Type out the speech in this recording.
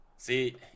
See